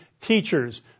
Teachers